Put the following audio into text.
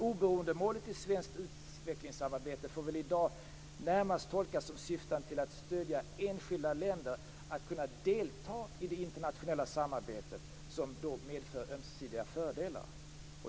Oberoendemålet i svenskt utvecklingssamarbete får i dag närmast tolkas som syftande till att stödja enskilda länder att kunna delta i det internationella samarbete som medför ömsesidiga fördelar.